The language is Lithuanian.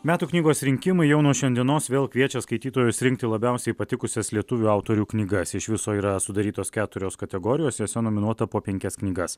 metų knygos rinkimai jau nuo šiandienos vėl kviečia skaitytojus rinkti labiausiai patikusias lietuvių autorių knygas iš viso yra sudarytos keturios kategorijos jose nominuota po penkias knygas